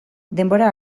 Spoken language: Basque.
denbora